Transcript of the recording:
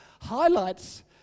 highlights